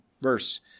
Verse